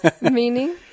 Meaning